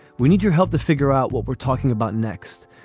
we need your help to figure out what we're talking about next.